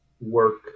Work